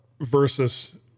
versus